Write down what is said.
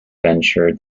venture